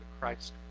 Christ